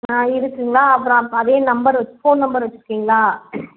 ஆ இருக்குங்களா அப்பறம் அதே நம்பர் வச்சு ஃபோன் நம்பர் வச்சுருக்கீங்களா